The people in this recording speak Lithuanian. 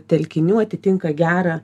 telkinių atitinka gerą